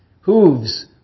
hooves